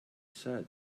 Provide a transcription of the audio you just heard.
said